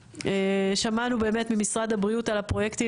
שמענו באמת ממשרד הבריאות על הפרויקטים